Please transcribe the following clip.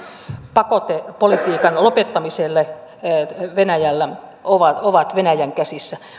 pakotepolitiikan lopettamiselle venäjällä ovat ovat venäjän käsissä